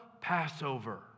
Passover